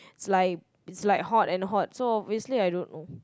it's like it's like hot and hot so obviously I don't know